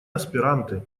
аспиранты